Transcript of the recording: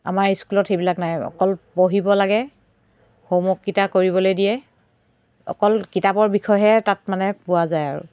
আমাৰ স্কুলত সেইবিলাক নাই অকল পঢ়িব লাগে হোমৱৰ্ককেইটা কৰিবলৈ দিয়ে অকল কিতাপৰ বিষয়েহে তাত মানে পোৱা যায় আৰু